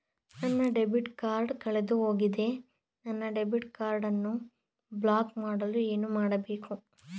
ನನ್ನ debit card ಕಳೆದುಹೋಗಿದೆ ನನ್ನ ಡೆಬಿಟ್ ಕಾರ್ಡ್ ಅನ್ನು ಬ್ಲಾಕ್ ಮಾಡಲು ಏನು ಮಾಡಬೇಕು?